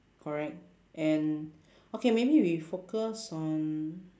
correct and okay maybe we focus on